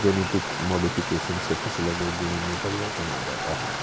genetic modification से फसलों के गुणों में परिवर्तन आ जाता है